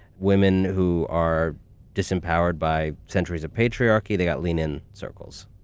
women who are disempowered by centuries of patriarchy. they got lean in circles.